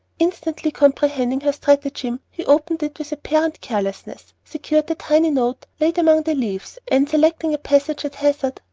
instantly comprehending her stratagem, he opened it with apparent carelessness, secured the tiny note laid among the leaves, and, selecting a passage at hazard,